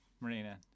Marina